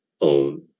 own